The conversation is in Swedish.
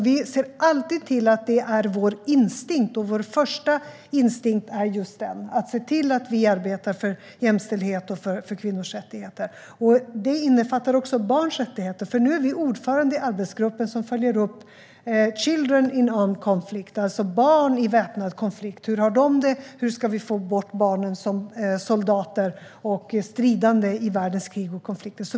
Vi ser alltså alltid till att det är vår instinkt, och vår första instinkt är just att se till att vi arbetar för jämställdhet och för kvinnors rättigheter. Det innefattar också barns rättigheter. Nu är vi ordförande i den arbetsgrupp som följer upp detta, Children and Armed Conflict, alltså barn i väpnade konflikter. Hur har de det? Hur ska vi få bort barnen som soldater och stridande i världens krig och konflikter?